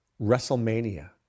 WrestleMania